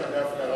דרך אגב,